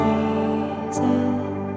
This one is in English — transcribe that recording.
Jesus